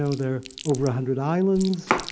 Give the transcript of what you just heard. know, there are over a hundred islands,